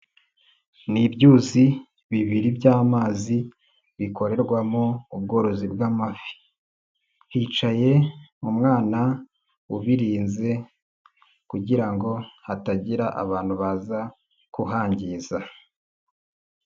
Ni ibyuzi bibiri by'amazi, bikorerwamo ubworozi bw'amafi. Hicaye umwana ubirinze, kugira ngo hatagira abantu baza kuhangiza.